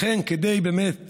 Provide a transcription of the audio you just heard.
לכן, כדי באמת